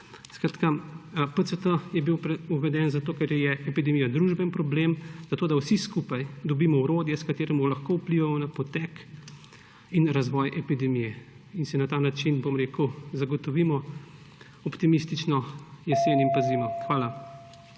člena. PCT je bil uveden zato, ker je epidemija družbeni problem, zato da vsi skupaj dobimo orodje, s katerim lahko vplivamo na potek in razvoj epidemije in si na ta načinzagotovimo optimistično jesen in zimo. Hvala.